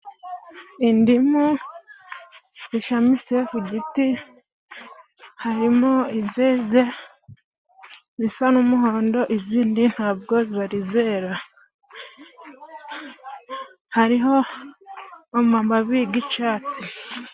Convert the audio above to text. Indimu zishamitse ku giti, harimo izeze zisa n'umuhondo, izindi nta bwo zari zera. Hariho amababi y'icyatsi.